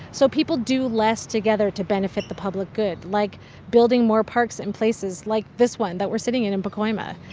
so people do less together to benefit the public good, like building more parks in places like this one that we're sitting in in pacoima.